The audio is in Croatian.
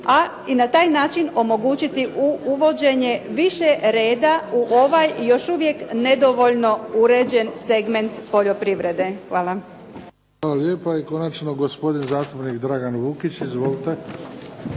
a i na taj način omogućiti uvođenje više reda u ovaj i još uvijek nedovoljno uređen segment poljoprivrede. Hvala. **Bebić, Luka (HDZ)** Hvala lijepa. I konačno gospodin zastupnik Dragan Lukić. Izvolite.